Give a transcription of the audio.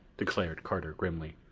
declared carter grimly.